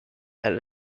and